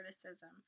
criticism